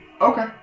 Okay